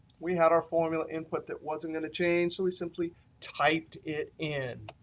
we had our formula input that wasn't going to change. so we simply typed it in.